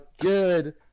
good